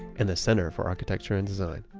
and the center for architecture and design